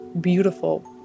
beautiful